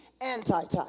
anti-type